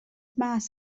mas